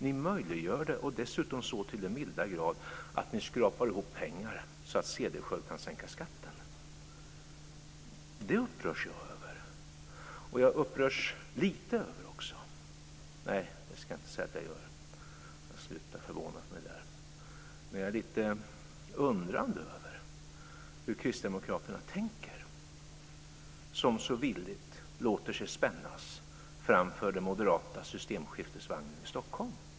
Ni möjliggör det, så till den milda grad att ni skrapar ihop pengar så att Cederschiöld kan sänka skatten. Det upprörs jag över. Jag upprörs också lite över - nej, jag ska inte säga det. Jag har slutat förvåna mig över det. Men jag är lite undrande över hur kristdemokraterna tänker, som så villigt låter sig spännas framför den moderata systemskiftesvagnen i Stockholm.